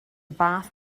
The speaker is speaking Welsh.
fath